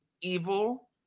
evil